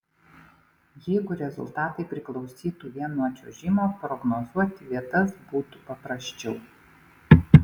jeigu rezultatai priklausytų vien nuo čiuožimo prognozuoti vietas būtų paprasčiau